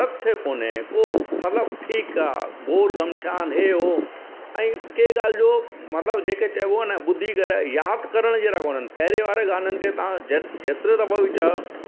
तथ्य कोन्हे को मतिलबु ठीकु आहे गोड़ गमशान हे हो ऐं कंहिं ॻाल्हि जो मतिलबु जेके चइबो आहे न ॿुधी करे यादि करण जहिड़ा कोन्हनि पहिरीं वारे गाननि खे तव्हां जेतिरो दफ़ो बि चाहियो